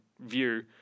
view